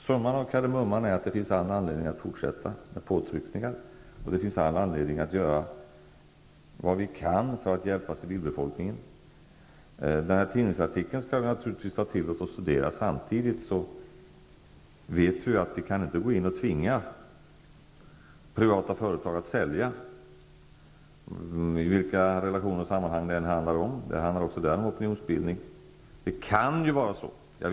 Summan av kardemumman är att det finns all anledning att fortsätta med påtryckningar, och det finns all anledning för oss att göra vad vi kan för att hjälpa civilbefolkningen. Den nämnda tidningsartikeln skall vi naturligtvis ta till oss och studera. Samtidigt vet vi att vi inte kan gå in och tvinga privata företag att sälja, vilka relationer och sammanhang det än handlar om. Det rör sig även där om opinionsbildning.